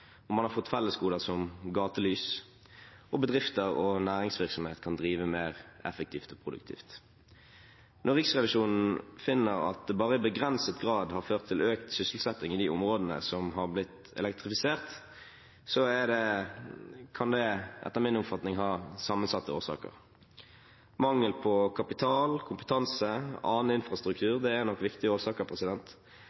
Man har fått fellesgoder som gatelys. Bedrifter og andre næringsvirksomheter kan drive mer effektivt og produktivt. Når Riksrevisjonen finner at det bare i begrenset grad har ført til økt sysselsetting i de områdene som har blitt elektrifisert, kan det etter min oppfatning ha sammensatte årsaker. Mangel på kapital, kompetanse og annen infrastruktur er nok viktige årsaker,